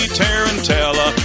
tarantella